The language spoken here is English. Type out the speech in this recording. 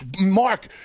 Mark